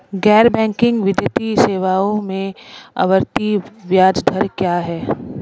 गैर बैंकिंग वित्तीय सेवाओं में आवर्ती ब्याज दर क्या है?